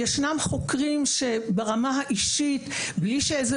ישנם חוקרים שברמה האישית בלי שאיזה